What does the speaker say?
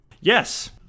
Yes